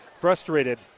frustrated